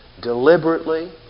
deliberately